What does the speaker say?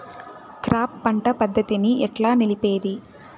Crop పంట పద్ధతిని ఎట్లా నిలిపేది?